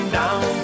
down